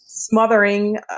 smothering